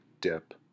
dip